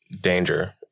danger